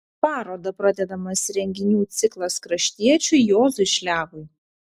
paroda pradedamas renginių ciklas kraštiečiui juozui šliavui